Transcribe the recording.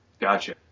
Gotcha